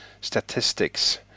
statistics